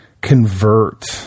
convert